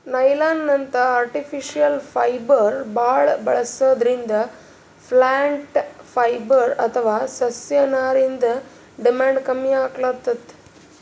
ನೈಲಾನ್ನಂಥ artificial fibre ಭಾಳ್ ಬಳಸದ್ರಿಂದ plant fibre ಅಥವಾ ಸಸ್ಯನಾರಿಂದ್ ಡಿಮ್ಯಾಂಡ್ ಕಮ್ಮಿ ಆಗ್ಲತದ್